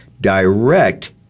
direct